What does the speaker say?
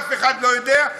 אף אחד לא יודע.